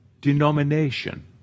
Denomination